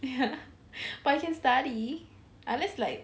ya but you can study unless like